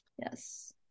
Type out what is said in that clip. Yes